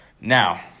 Now